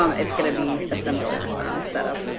um it's going to be a similar setup,